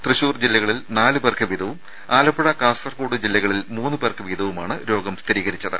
തൃശൂർ കൊല്ലം ജില്ലകളിൽ നാലുപേർക്ക് വീതവും ആലപ്പുഴ കാസർകോട് ജില്ലകളിൽ മൂന്നുപേർക്ക് വീതവുമാണ് രോഗം സ്ഥിരീകരിച്ചത്